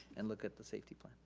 and look at the safety plan.